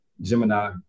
Gemini